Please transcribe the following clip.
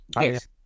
Yes